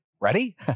ready